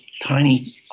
tiny